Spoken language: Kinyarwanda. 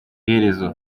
iherezo